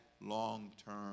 long-term